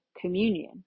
communion